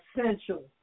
essential